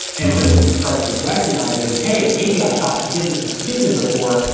and so what you start to recognize is hey, maybe i thought forgiveness was stupid before,